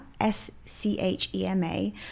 S-C-H-E-M-A